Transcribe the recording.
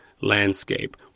landscape